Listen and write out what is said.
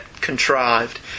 contrived